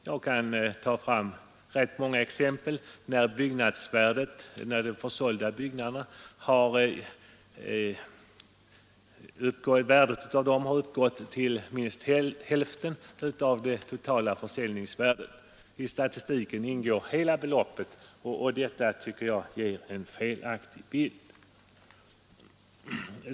Jag kan ge ganska många exempel på fall där värdet av de försålda byggnaderna uppgått till minst hälften av det totala försäljningsvärdet. I statistiken ingår hela beloppet, och det tycker jag ger en felaktig bild.